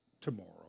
tomorrow